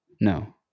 No